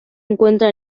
encuentra